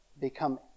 become